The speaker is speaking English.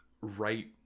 right